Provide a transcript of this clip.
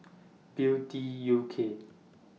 Beauty U K